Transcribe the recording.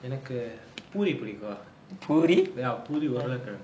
எனக்கு பூரி புடிக்கும்:enakku poori pudikkum ya poori உருளக்கிள:poori urulakkila